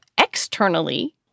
externally